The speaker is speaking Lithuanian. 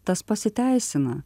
tas pasiteisina